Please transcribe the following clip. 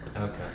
Okay